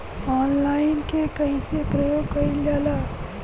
Online के कइसे प्रयोग कइल जाला?